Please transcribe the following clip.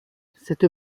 cette